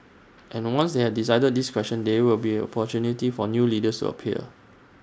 and once they had decided this question there will be the opportunity for new leaders appear